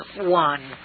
one